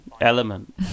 element